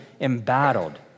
embattled